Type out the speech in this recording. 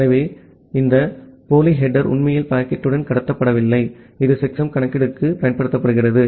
எனவே இந்த போலி தலைப்பு உண்மையில் பாக்கெட்டுடன் கடத்தப்படவில்லை இது செக்சம் கணக்கீடுக்கு பயன்படுத்தப்படுகிறது